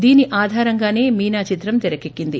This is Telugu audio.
దీని ఆధారంగాసే మీనా చిత్రం తెరకెక్కింది